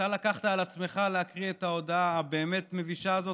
אתה לקחת על עצמך להקריא את ההודעה הבאמת-מבישה הזאת,